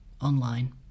online